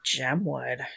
gemwood